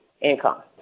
income